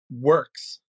works